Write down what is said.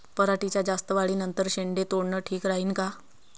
पराटीच्या जास्त वाढी नंतर शेंडे तोडनं ठीक राहीन का?